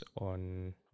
on